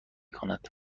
کند